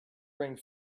ring